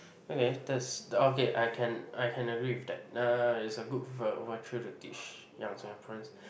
okay that's okay I can I can agree with that is a good vir~ virtue to teach young Singaporeans